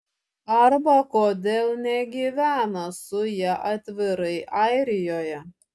arba kodėl negyvena su ja atvirai airijoje